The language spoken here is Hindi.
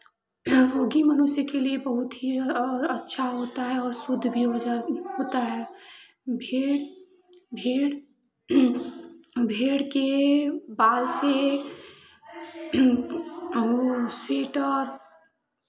घी मनुष्य के लिये बहुत ही अच्छा होता है और शुद्ध भी होजा होता है भेंड़ भेंड़ भेंड़ के बाल से हम लोग स्वेटर